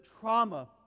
trauma